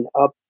up